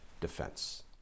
defense